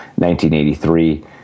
1983